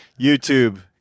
YouTube